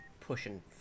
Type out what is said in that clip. pushing